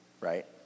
right